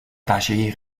d’agir